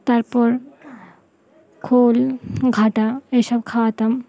তারপর খোল ঘাটা এসব খাওয়াতাম